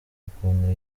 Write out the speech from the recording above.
ukuntu